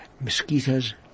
mosquitoes